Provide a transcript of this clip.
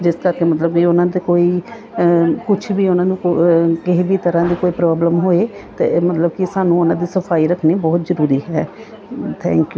ਜਿਸ ਤਰ੍ਹਾਂ ਕਿ ਮਤਲਬ ਵੀ ਉਹਨਾਂ 'ਤੇ ਕੋਈ ਕੁਛ ਵੀ ਉਹਨਾਂ ਨੂੰ ਕਿਸੇ ਵੀ ਤਰ੍ਹਾਂ ਦੀ ਕੋਈ ਪ੍ਰੋਬਲਮ ਹੋਏ ਅਤੇ ਮਤਲਬ ਕਿ ਸਾਨੂੰ ਉਹਨਾਂ ਦੀ ਸਫਾਈ ਰੱਖਣੀ ਬਹੁਤ ਜ਼ਰੂਰੀ ਹੈ ਥੈਂਕ ਯੂ